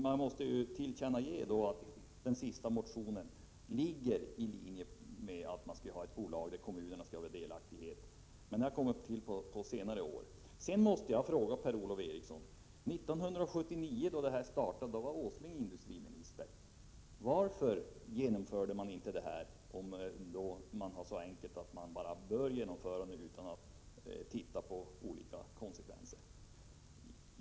Jag måste dock tillstå att den senaste motionen ligger i linje med förslaget om att kommunerna blir delaktiga i detta sammanhang — men det gäller först nu på senare år. Sedan måste jag fråga Per-Ola Eriksson: Nils Åsling var industriminister 1979, då det hela startade, och om det nu är så enkelt att man inte skulle behöva se till konsekvenserna, varför gjorde man då inte någonting?